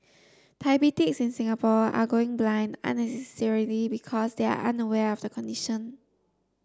diabetics in Singapore are going blind unnecessarily because they are unaware of the condition